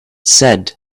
said